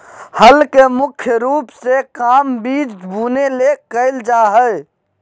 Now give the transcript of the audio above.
हल के मुख्य रूप से काम बिज बुने ले कयल जा हइ